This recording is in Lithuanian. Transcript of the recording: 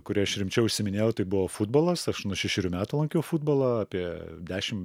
kurį aš rimčiau užsiiminėjau tai buvo futbolas aš nuo šešerių metų lankiau futbolą apie dešim